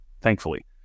thankfully